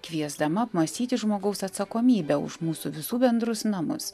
kviesdama apmąstyti žmogaus atsakomybę už mūsų visų bendrus namus